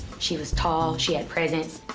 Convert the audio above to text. she was tall, she had presence.